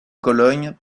cologne